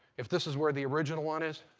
if this is where the original one is.